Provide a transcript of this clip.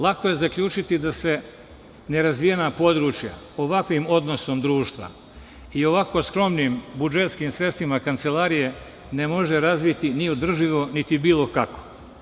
Lako je zaključiti se nerazvijena područja ovakvim odnosom društva i ovako skromnim budžetskim sredstvima Kancelarije ne može razviti ni održivo, niti bilo kako.